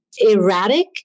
erratic